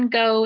go